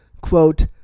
quote